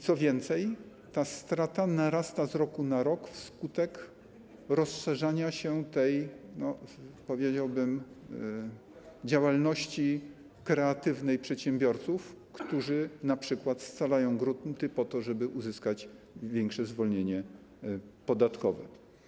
Co więcej, ta strata narasta z roku na rok wskutek rozszerzania się tej, powiedziałbym, działalności kreatywnej przedsiębiorców, którzy np. scalają grunty po to, żeby uzyskać większe zwolnienie podatkowe.